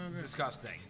Disgusting